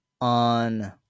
on